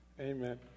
Amen